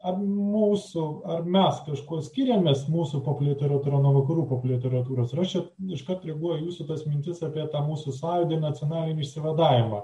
ar mūsų ar mes kažkuo skiriamės mūsų pop literatūra nuo vakarų pop literatūros ir aš čia iškart reaguoju į jūsų tas mintis apie tą mūsų sąjūdį nacionalinį išsivadavimą